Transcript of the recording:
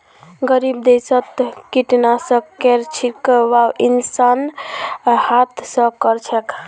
गरीब देशत कीटनाशकेर छिड़काव इंसान हाथ स कर छेक